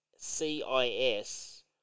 CIS